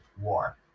war